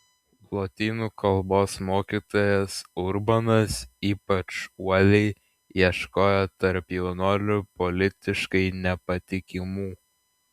lotynų kalbos mokytojas urbanas ypač uoliai ieškojo tarp jaunuolių politiškai nepatikimų